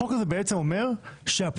החוק הזה בעצם אומר שהבחירות